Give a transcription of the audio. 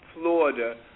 Florida